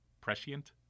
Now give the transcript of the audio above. Prescient